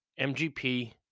MGP